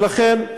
ולכן,